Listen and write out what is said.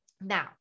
Now